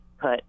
put